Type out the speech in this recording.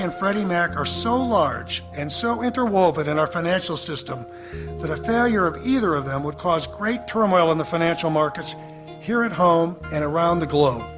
and freddie mac are so large and so interwoven in our financial system that a failure of either of them would cause great turmoil in the financial markets here at home and around the globe.